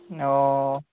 অঁ